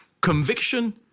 conviction